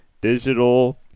digital